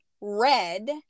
red